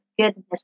goodness